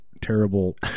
Terrible